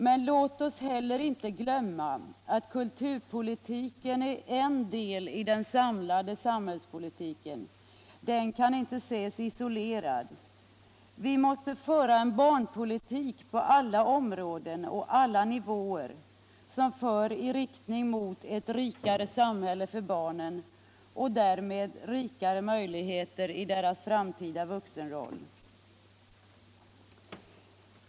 Men låt oss heller inte glömma att kulturpolitiken är en del i den samlade samhällspolitiken - den kan inte ses isolerad. Vi måste på alla områden och alla nivåer föra en barnpolitik, som leder vidare i riktning mot ett rikare samhälle för barnen och därmed rikare möjligheter i deras framtida vuxenroll.